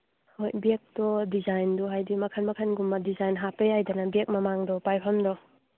ꯍꯣꯏ ꯕꯦꯛꯇꯣ ꯗꯤꯖꯥꯏꯟꯗꯣ ꯍꯥꯏꯗꯤ ꯃꯈꯜ ꯃꯈꯜꯒꯨꯝꯕ ꯗꯤꯖꯥꯏꯟ ꯍꯥꯞꯄ ꯌꯥꯏꯗꯅ ꯕꯦꯛ ꯃꯃꯥꯡꯗꯣ ꯄꯥꯏꯕꯝꯗꯣ